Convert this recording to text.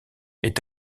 est